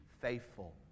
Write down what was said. faithful